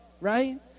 right